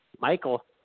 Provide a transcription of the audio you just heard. Michael